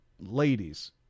Ladies